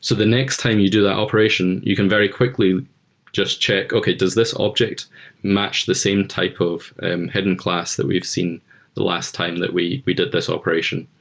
so the next time you do that operation, you can very quickly just check, okay, does this object match the same type of hidden class that we've seen the last time that we we did this operation?